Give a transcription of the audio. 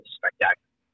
spectacular